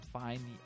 find